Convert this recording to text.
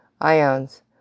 IONS